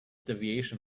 deviation